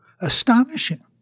astonishing